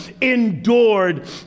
endured